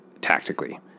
tactically